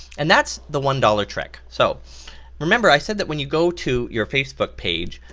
and that's the one dollar trick. so remember i said that when you go to your facebook page,